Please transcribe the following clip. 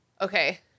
Okay